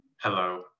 Hello